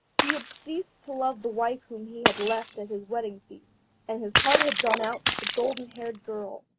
he had ceased to love the wife whom he had left at his wedding feast, and his heart had gone out to the golden-haired girl.